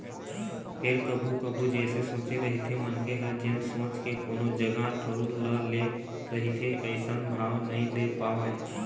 फेर कभू कभू जइसे सोचे रहिथे मनखे ह जेन सोच के कोनो जगा ठउर ल ले रहिथे अइसन भाव नइ दे पावय